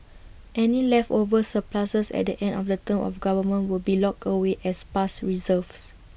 any leftover surpluses at the end of the term of government will be locked away as past reserves